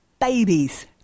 babies